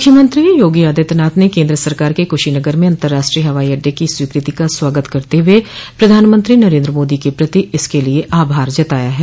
मुख्यमंत्री योगी आदित्यनाथ ने केन्द्र सरकार के कुशीनगर में अतर्राष्ट्रीय हवाई अड्डे की स्वीकृति का स्वागत करते हुए प्रधानमंत्री नरन्द्र मोदी के प्रति इसके लिये आभार जताया है